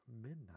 midnight